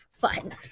fine